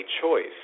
choice